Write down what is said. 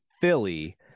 philly